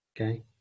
Okay